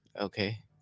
Okay